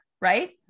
right